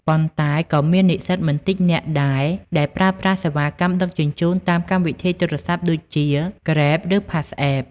ប៉ុន្តែក៏មាននិស្សិតមិនតិចនាក់ដែរដែលប្រើប្រាស់សេវាកម្មដឹកជញ្ជូនតាមកម្មវិធីទូរស័ព្ទដូចជា គ្រេប (Grab) ឬ ផាសអេប (Passapp)។